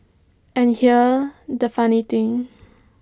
and here the funny thing